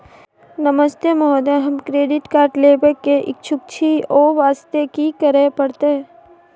नमस्ते महोदय, हम credit card लेबे के इच्छुक छि ओ वास्ते की करै परतै?